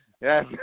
Yes